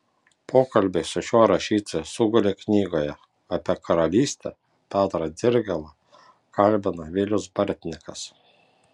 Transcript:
pokalbiai su šiuo rašytoju sugulė knygoje apie karalystę petrą dirgėlą kalbina vilius bartninkas